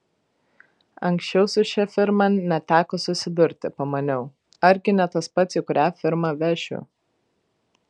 anksčiau su šia firma neteko susidurti pamaniau argi ne tas pats į kurią firmą vešiu